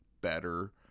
better